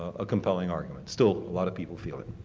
a compelling argument. still, a lot of people feel it.